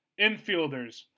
Infielders